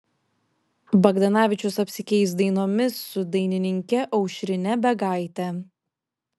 bagdanavičius apsikeis dainomis su dainininke aušrine beigaite